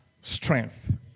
strength